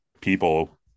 people